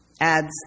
adds